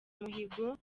umuhigo